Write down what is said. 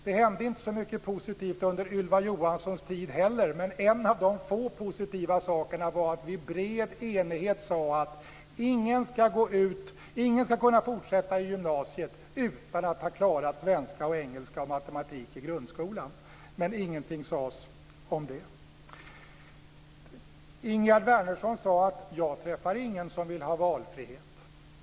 Det hände inte så mycket positivt under Ylva Johanssons tid heller men en av få positiva saker var att vi i bred enighet sade att ingen ska kunna fortsätta i gymnasiet utan att ha klarat svenska, engelska och matematik i grundskolan men ingenting sades om det. Ingegerd Wärnersson sade: Jag träffar ingen som vill ha valfrihet.